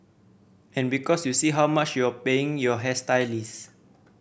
and because you see how much you're paying your hairstylist